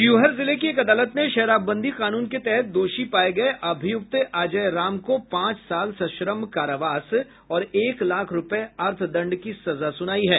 शिवहर जिले की एक अदालत ने शराबबंदी कानून के तहत दोषी पाये गये अभियुक्त अजय राम को पांच साल सश्रम कारावास और एक लाख रूपये अर्थदंड की सजा सुनाई है